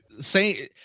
say